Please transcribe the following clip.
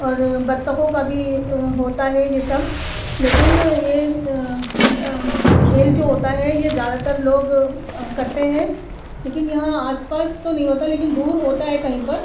اور بطخوں کا بھی ہوتا ہے یہ سب لیکن یہ کھیل جو ہوتا ہے یہ زیادہ تر لوگ کرتے ہیں لیکن یہاں آس پاس تو نہیں ہوتا لیکن دور ہوتا ہے کہیں پر